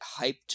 hyped